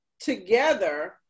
together